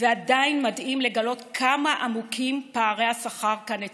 ועדיין מדהים לגלות כמה עמוקים פערי השכר כאן אצלנו,